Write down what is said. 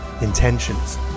intentions